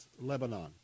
Lebanon